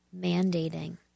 mandating